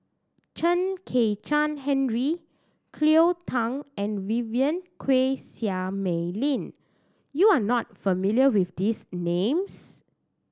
Chen Kezhan Henri Cleo Thang and Vivien Quahe Seah Mei Lin you are not familiar with these names